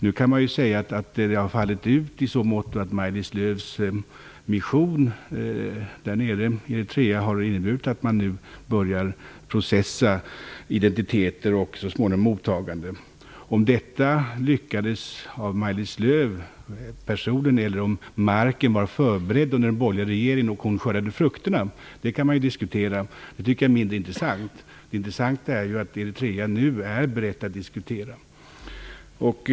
Nu kan man ju säga att det har fallit ut i så måtto att Maj-Lis Lööws mission nere i Eritrea har inneburit att man nu börjar processa identiteter och så småningom mottagande. Om detta lyckades av Maj-Lis Lööw personligen eller om marken var förberedd under den borgerliga regeringen och hon skördade frukterna kan man ju diskutera. Jag tycker att det är mindre intressant. Det intressanta är ju att Eritrea nu är berett att diskutera.